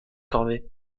corvée